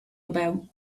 about